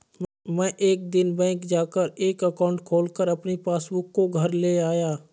मै एक दिन बैंक जा कर एक एकाउंट खोलकर अपनी पासबुक को घर ले आया